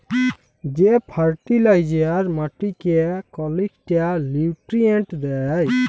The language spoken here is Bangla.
যে ফার্টিলাইজার মাটিকে কল ইকটা লিউট্রিয়েল্ট দ্যায়